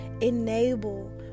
enable